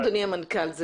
אדוני המנכ"ל,